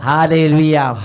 Hallelujah